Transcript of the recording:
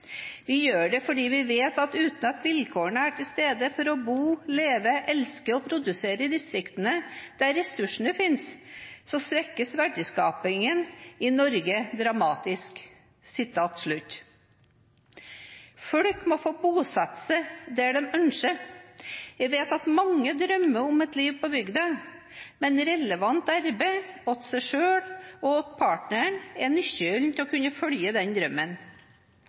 Vi gjør det fordi vi vet at uten at vilkårene er til stede for å bo, leve, elske og produsere i distriktene der ressursene finnes, så svekkes verdiskapning i hele Norge dramatisk.» Folk må få bosette seg der de ønsker. Vi vet at mange drømmer om et liv på bygda, men relevant arbeid til seg selv og til partneren er nøkkelen til å kunne følge den drømmen.